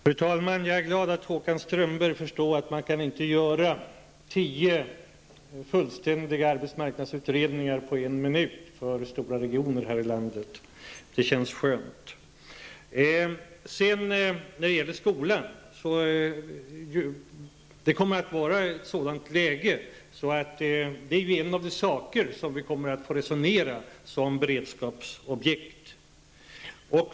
Fru talman! Jag är glad över att Håkan Strömberg förstår att man inte på en minut kan göra tio fullständiga arbetsmarknadsutredningar för stora regioner här i landet. Det känns skönt. Skolan är ett av de områden som vi kommer att få resonera om som beredskapsobjekt.